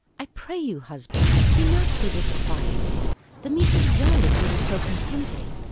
i pray you, husband, be not so disquiet the meat was well, if you were so contented.